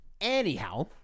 Anyhow